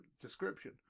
description